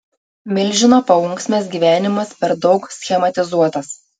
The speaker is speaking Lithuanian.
milžino paunksmės gyvenimas per daug schematizuotas